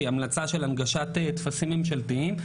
שהיא המלצה של הנגשת טפסים ממשלתיים,